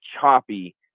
choppy